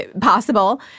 possible